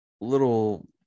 little